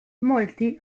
molti